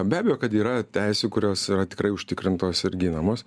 beabejo kad yra teisių kurios yra tikrai užtikrintos ir ginamos